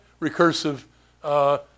recursive